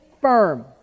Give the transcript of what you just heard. firm